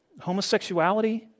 Homosexuality